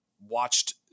watched